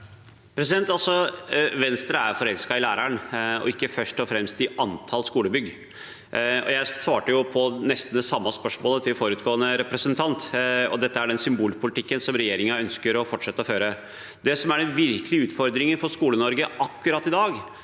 Venstre er forelska i læ- rer’n og ikke først og fremst i antall skolebygg. Jeg svarte på nesten det samme spørsmålet til forrige representant. Dette er den symbolpolitikken som regjeringen ønsker å fortsette å føre. Det som er den virkelige utfordringen i Skole-Norge i dag,